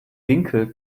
winkel